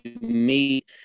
meet